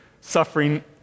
suffering